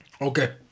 Okay